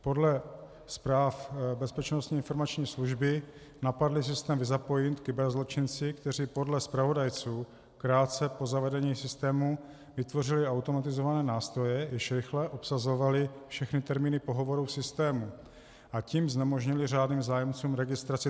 Podle zpráv Bezpečnostní informační služby napadli systém Visapoint kyberzločinci, kteří podle zpravodajců krátce po zavedení systému vytvořili automatizované nástroje, jež rychle obsazovaly všechny termíny pohovorů v systému, a tím znemožnili řádným zájemcům registraci termínu.